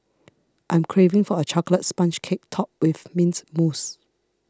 I'm craving for a Chocolate Sponge Cake Topped with Mint Mousse